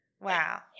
Wow